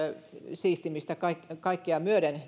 siistimistä kaikkea myöden